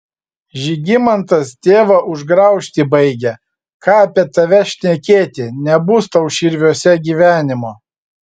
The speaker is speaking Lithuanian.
žygimantas tėvą užgraužti baigia ką apie tave šnekėti nebus tau širviuose gyvenimo